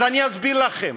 אז אני אסביר לכם,